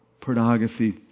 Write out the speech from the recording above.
pornography